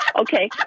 Okay